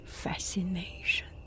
Fascination